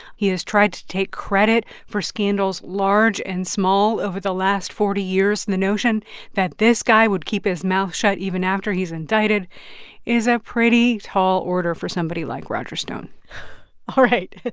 he has tried to take credit for scandals large and small over the last forty years. and the notion that this guy would keep his mouth shut even after he's indicted is a pretty tall order for somebody like roger stone all right.